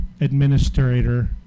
administrator